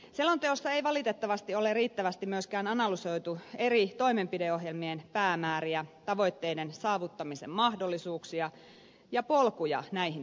selonteossa ei valitettavasti ole riittävästi myöskään analysoitu eri toimenpideohjelmien päämääriä tavoitteiden saavuttamisen mahdollisuuksia ja polkuja näihin tavoitteisiin